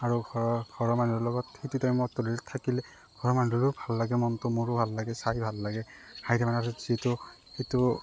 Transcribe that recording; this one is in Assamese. আৰু ঘৰৰ ঘৰৰ মানুহৰ লগত সেইটো টাইমত থাকিলে ঘৰৰ মানুহৰো ভাল লাগে মনটো মোৰো ভাল লাগে চাই ভাল লাগে হাঁহি ধেমালিত যিটো যিটো